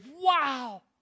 wow